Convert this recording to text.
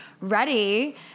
ready